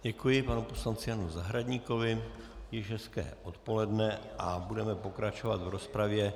Děkuji panu poslanci Janu Zahradníkovi, již hezké odpoledne, a budeme pokračovat v rozpravě.